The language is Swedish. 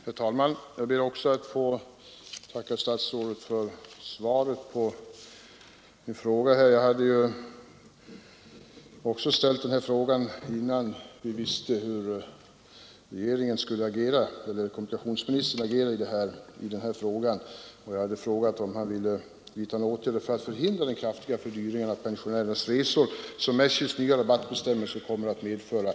Herr talman! Också jag ber att få tacka statsrådet för svaret på min fråga. Jag framställde den innan vi visste hur kommunikationsministern skulle agera i det här fallet. Jag frågade därför om han ville vidta åtgärder för att förhindra den kraftiga fördyring av pensionärernas resor som SJ:s nya rabattbestämmelser skulle medföra.